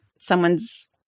someone's